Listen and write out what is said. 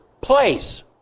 place